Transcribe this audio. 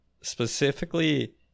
specifically